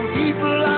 people